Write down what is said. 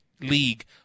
league